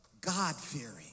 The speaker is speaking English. God-fearing